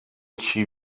she